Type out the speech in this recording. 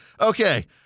Okay